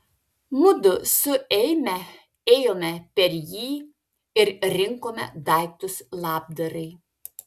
mudu su eime ėjome per jį ir rinkome daiktus labdarai